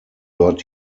dort